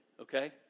okay